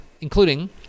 including